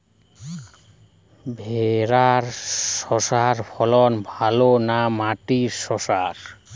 ভেরার শশার ফলন ভালো না মাটির শশার?